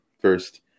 first